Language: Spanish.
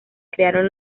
crearon